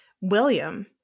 William